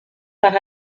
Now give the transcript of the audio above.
par